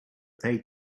they